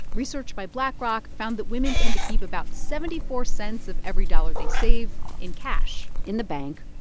research by blackrock found that women tend to keep about seventy four cents of every dollar they save in cash in the bank,